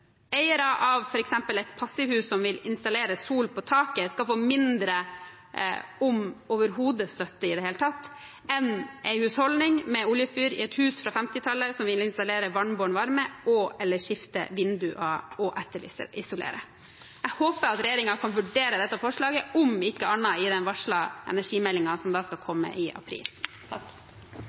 Eiere av f.eks. et passivhus som vil installere sol på taket, skal få mindre – om overhodet støtte i det hele tatt – enn en husholdning med oljefyr i et hus fra 1950-tallet som vil installere vannbåren varme og/eller skifte vinduer og etterisolere. Jeg håper at regjeringen kan vurdere dette forslaget, om ikke annet i den varslede energimeldingen, som skal